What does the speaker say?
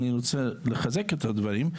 אני רוצה לחזק את הדברים,